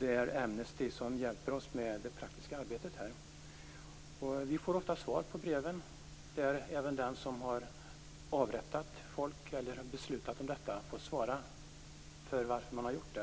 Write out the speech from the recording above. Det är Amnesty som hjälper oss med det praktiska arbetet i detta sammanhang. Vi får ofta svar på breven. Även de som har avrättat människor eller fattat beslut om detta får svara på varför de har gjort det.